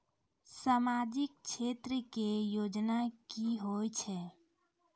समाजिक क्षेत्र के योजना की होय छै?